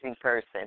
person